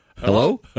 Hello